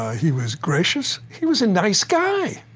ah he was gracious, he was a nice guy!